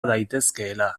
daitezkeela